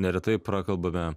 neretai prakalbame